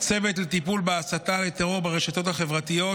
צוות לטיפול בהסתה לטרור ברשתות החברתיות,